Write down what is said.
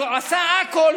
הוא עשה הכול,